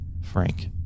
frank